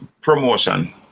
promotion